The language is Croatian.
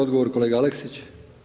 Odgovor kolega Aleksić.